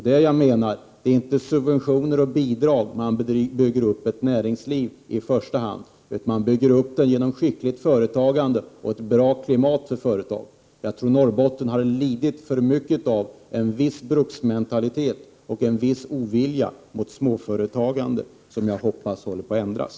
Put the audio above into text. Det är inte i första hand med subventioner och bidrag som man bygger upp ett näringsliv, utan man bygger 111 Prot. 1988/89:126 upp det med skickligt företagande och ett bra klimat för företagen. Jag tror att Norrbotten har lidit av för mycket av en viss bruksmentalitet och en viss ovilja mot småföretagande, som jag hoppas håller på att ändras.